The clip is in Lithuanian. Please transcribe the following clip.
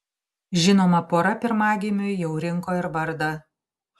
žinoma pora pirmagimiui jau rinko ir vardą